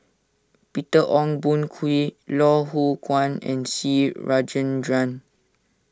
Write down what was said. Peter Ong Boon Kwee Loh Hoong Kwan and C Rajendran